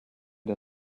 der